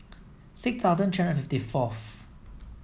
six thousand three hundred and fifty fourth